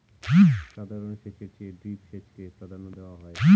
সাধারণ সেচের চেয়ে ড্রিপ সেচকে প্রাধান্য দেওয়া হয়